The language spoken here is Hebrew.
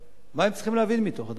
מה הם צריכים להבין מתוך הדבר הזה?